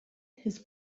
his